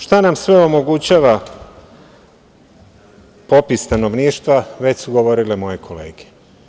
Šta nam sve omogućava popis stanovništva, već su govorile moje kolege.